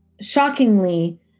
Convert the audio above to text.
shockingly